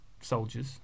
soldiers